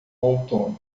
outono